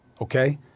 okay